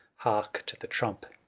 hark to the trump,